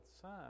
Son